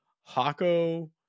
Hako